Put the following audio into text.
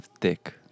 thick